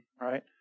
right